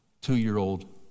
two-year-old